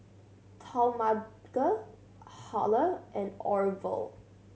Talmadge Halle and Orvel